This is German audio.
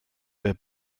wer